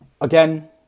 again